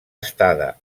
estada